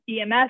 EMS